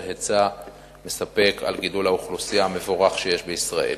היצע מספק בגלל גידול האוכלוסייה המבורך שיש בישראל.